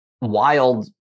wild